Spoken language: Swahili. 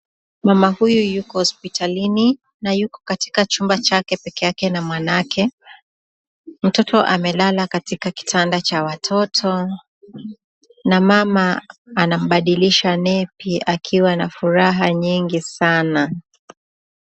Mama huyu yuko hospitalini na yuko katika chumba chake peke yake na mwanake. Mtoto amelala katika kitanda cha watoto na mama anabadilisha nepi akiwa na furaha nyingi sana.